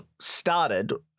started